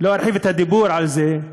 לא ארחיב את הדיבור על זה.